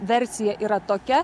versija yra tokia